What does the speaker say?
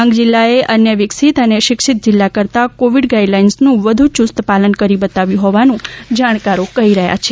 ડાંગ જિલ્લાએ અન્ય વિકસિત અને શિક્ષિત જિલ્લા કરતાં કોવિડ ગાઈડલાઈન્સનું વધુ યુસ્ત પાલન કરી બતાવ્યુ હોવાનું જાણકારો કહી રહ્યા છે